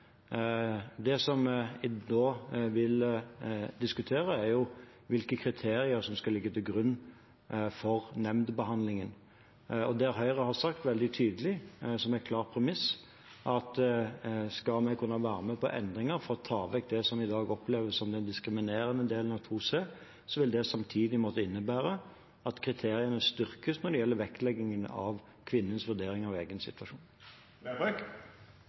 Det vi da vil diskutere, er hvilke kriterier som skal ligge til grunn for nemndbehandlingen. Der har Høyre sagt veldig tydelig, som et klart premiss, at skal vi kunne være med på endringer for å ta vekk det som i dag oppleves som den diskriminerende delen av § 2c, vil det samtidig måtte innebære at kriteriene styrkes når det gjelder vektleggingen av kvinnens vurdering av egen situasjon.